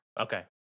Okay